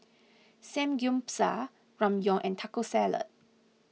Samgyeopsal Ramyeon and Taco Salad